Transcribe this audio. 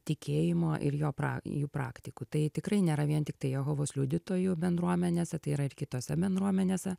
tikėjimo ir jo pra jų praktikų tai tikrai nėra vien tiktai jehovos liudytojų bendruomenėse tai yra ir kitose bendruomenėse